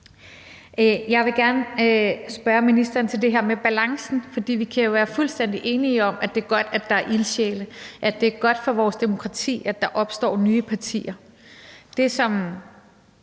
Jeg vil gerne spørge ministeren til det her med balancen, for vi kan jo være fuldstændig enige om, at det er godt, at der er ildsjæle; at det er godt på vores demokrati, at der opstår nye partier.